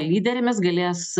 lyderėmis galės